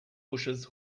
bushes